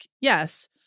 yes